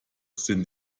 sind